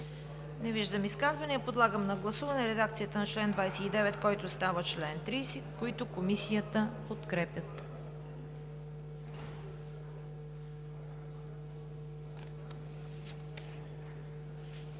Не виждам. Подлагам на гласуване редакцията на чл. 29, който става чл. 30, която Комисията подкрепя.